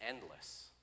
endless